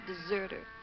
Deserter